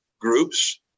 groups